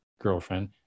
girlfriend